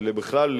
ובכלל,